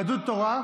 יהדות התורה?